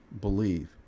believe